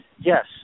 yes